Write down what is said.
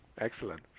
Excellent